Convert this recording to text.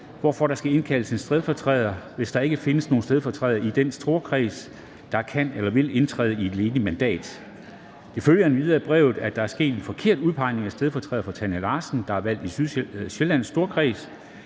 hvorfra der skal indkaldes stedfortrædere, hvis der ikke findes nogen stedfortræder i en storkreds, der kan eller vil indtræde i et ledigt mandat. Det følger endvidere af brevet, at der er sket en forkert udpegning af stedfortræder for Tanja Larsson, der er valgt i Sjællands Storkreds.